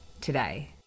today